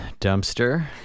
dumpster